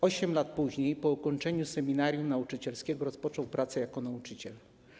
8 lat później, po ukończeniu seminarium nauczycielskiego, rozpoczął pracę jako nauczyciel.